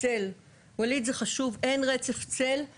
לצורך העניין,